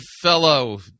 fellow